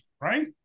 right